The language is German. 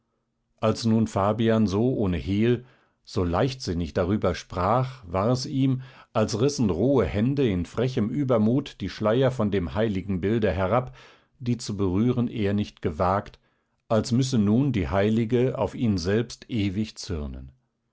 als nun fabian so ohne hehl so leichtsinnig darüber sprach war es ihm als rissen rohe hände in frechem übermut die schleier von dem heiligenbilde herab die zu berühren er nicht gewagt als müsse nun die heilige auf ihn selbst ewig zürnen